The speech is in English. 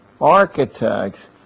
architects